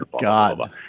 God